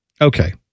Okay